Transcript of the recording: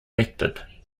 elected